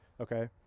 Okay